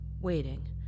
waiting